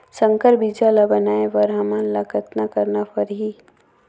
संकर बीजा ल बनाय बर हमन ल कतना करना परही?